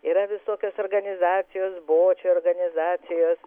yra visokios organizacijos bočių organizacijos